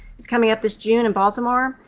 it's coming up this june in baltimore,